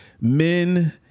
men